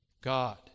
God